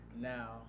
Now